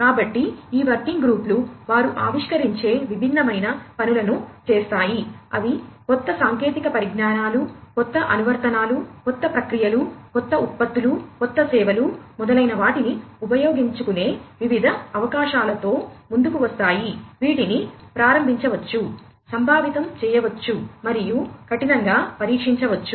కాబట్టి ఈ వర్కింగ్ గ్రూపులు వారు ఆవిష్కరించే విభిన్నమైన పనులను చేస్తాయి అవి కొత్త సాంకేతిక పరిజ్ఞానాలు కొత్త అనువర్తనాలు కొత్త ప్రక్రియలు కొత్త ఉత్పత్తులు కొత్త సేవలు మొదలైనవాటిని ఉపయోగించుకునే వివిధ అవకాశాలతో ముందుకు వస్తాయి వీటిని ప్రారంభించవచ్చు సంభావితం చేయవచ్చు మరియు కఠినంగా పరీక్షించవచ్చు